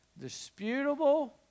Disputable